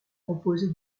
composée